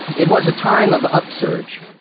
it was a time of upsurge.